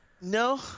no